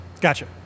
Gotcha